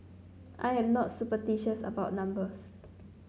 I am not superstitious about numbers